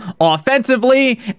offensively